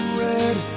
red